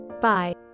Bye